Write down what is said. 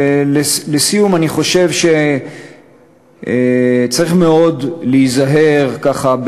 אני חושב שצריך מאוד להיזהר ככה,